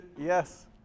Yes